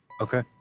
Okay